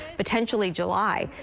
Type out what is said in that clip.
potentially july.